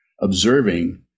observing